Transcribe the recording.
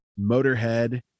Motorhead